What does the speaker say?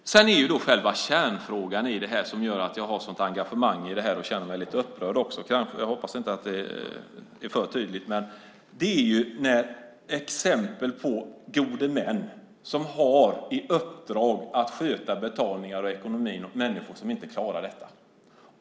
Sedan har vi själva kärnfrågan i detta, det som gör att jag har ett sådant engagemang och kanske även känner mig lite upprörd - jag hoppas att det inte är för tydligt. Det handlar om gode män som har i uppdrag att sköta ekonomi och betalningar åt människor som inte klarar detta.